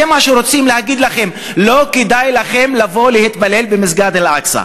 זה מה שרוצים להגיד להם: לא כדאי לכם לבוא להתפלל במסגד אל-אקצא.